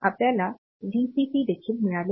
आपल्याला व्हीसीसी देखील मिळाले आहे